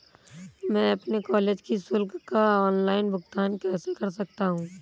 मैं अपने कॉलेज की शुल्क का ऑनलाइन भुगतान कैसे कर सकता हूँ?